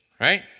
Right